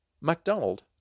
MacDonald